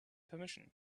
permission